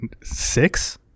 six